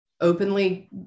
openly